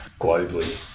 globally